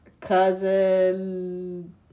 cousin